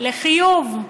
לחיוב,